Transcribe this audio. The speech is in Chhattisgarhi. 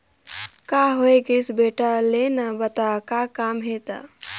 का होये गइस बेटा लेना बता का काम हे त